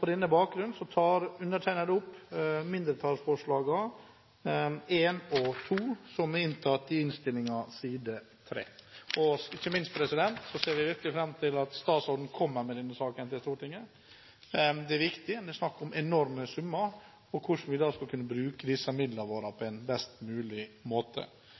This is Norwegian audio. På denne bakgrunn tar undertegnede opp mindretallsforslagene, nr. 1 og nr. 2, som er tatt inn i innstillingen på side 3. Ikke minst ser vi virkelig fram til at statsråden kommer med denne saken til Stortinget. Det er viktig – det er snakk om enorme summer – for hvordan vi skal kunne bruke disse midlene på en best mulig måte.